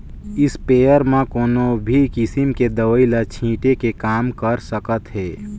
sprayer म कोनो भी किसम के दवई ल छिटे के काम कर सकत हे